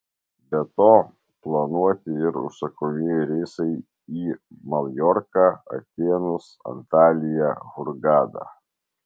be to planuoti ir užsakomieji reisai į į maljorką atėnus antaliją hurgadą